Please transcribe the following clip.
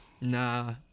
Nah